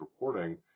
reporting